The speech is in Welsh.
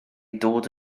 dod